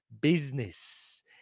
business